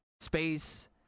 space